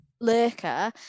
Lurker